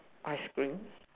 ice cream